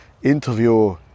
Interview